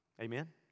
amen